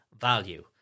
value